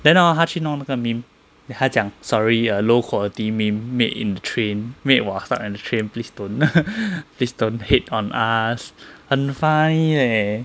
then hor 他去弄那个 meme then 他讲 sorry err low quality meme made in the train made while stuck at the train please don't please don't hate on us 很 funny leh